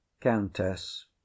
COUNTESS